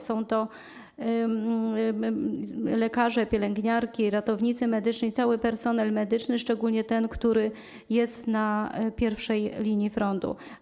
Są to lekarze, pielęgniarki, ratownicy medyczni, cały personel medyczny, szczególnie te osoby, które są na pierwszej linii frontu.